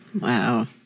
Wow